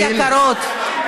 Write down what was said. חברות יקרות,